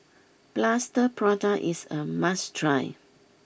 Plaster Prata is a must try